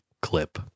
clip